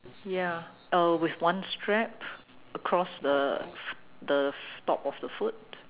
ya uh with one strap across the the top of the foot